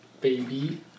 baby